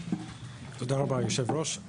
תודה רבה יושב הראש.